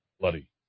Bloody